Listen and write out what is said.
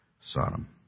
Sodom